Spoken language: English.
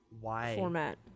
format